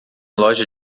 loja